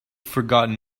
forgotten